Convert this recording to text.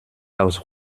aus